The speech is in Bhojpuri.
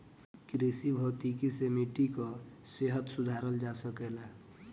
कृषि भौतिकी से मिट्टी कअ सेहत सुधारल जा सकेला